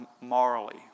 morally